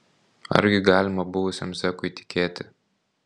argi galima buvusiam zekui tikėti